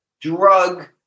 drug